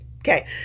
Okay